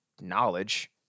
knowledge